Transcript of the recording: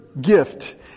gift